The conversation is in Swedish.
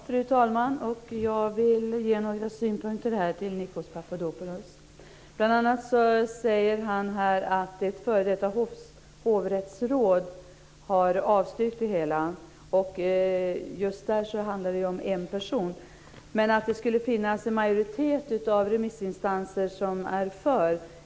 Fru talman! Jag vill ge några synpunkter till Nikos Papadopoulos. Han säger bl.a. att ett f.d. hovrättsråd har avstyrkt det hela. Där handlar det ju om en person. Sedan skulle det finnas en majoritet av remissinstanser som är för.